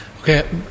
Okay